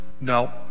no